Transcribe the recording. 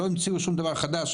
לא המציאו שום דבר חדש,